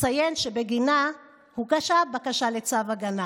אציין שבגינה הוגשה בקשה לצו הגנה